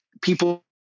people